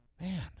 man